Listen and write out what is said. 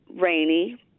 rainy